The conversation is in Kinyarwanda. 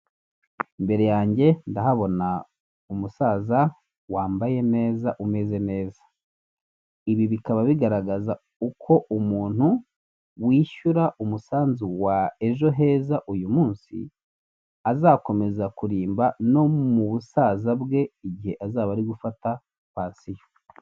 Imbere yanjye ndahabona umusaza wambaye neza umeze neza, ibi bikaba bigaragaza uko umuntu wishyura umusanzu wawe ejo heza uyu munsi azakomeza kurimba no mu busaza bwe igihe azaba ari gufata pasiyo.